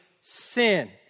sin